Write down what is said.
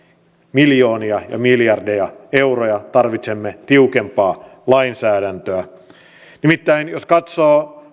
miljoonia ja miljardeja euroja tarvitsemme tiukempaa lainsäädäntöä nimittäin jos katsoo